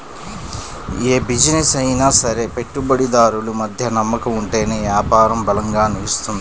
యే బిజినెస్ అయినా సరే పెట్టుబడిదారులు మధ్య నమ్మకం ఉంటేనే యాపారం బలంగా నిలుత్తది